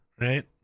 Right